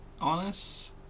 honest